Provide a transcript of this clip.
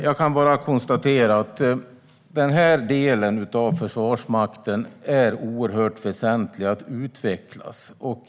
Jag kan bara konstatera att den här delen av Försvarsmakten är oerhört väsentlig att utveckla.